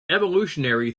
evolutionary